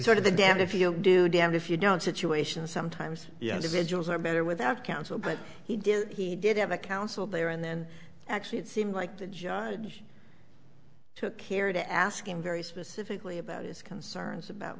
sort of the damned if you do damned if you don't situation sometimes you know the visuals are better without counsel but he did he did have a counsel there and then actually it seemed like the judge took care to ask him very specifically about his concerns about